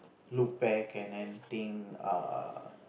look back and then think err